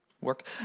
work